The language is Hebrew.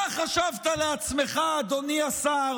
מה חשבת לעצמך, אדוני השר,